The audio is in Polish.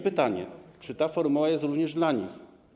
Pytanie: Czy ta formuła jest również dla nich?